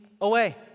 away